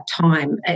time